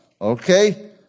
Okay